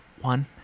One